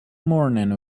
morning